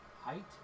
Height